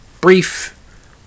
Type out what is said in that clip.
brief